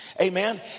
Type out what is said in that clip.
Amen